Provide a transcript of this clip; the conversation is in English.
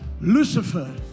Lucifer